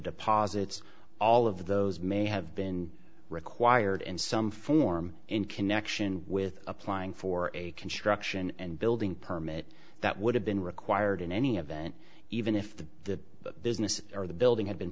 deposits all of those may have been required in some form in connection with applying for a construction and building permit that would have been required in any event even if the business or the building had been